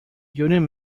union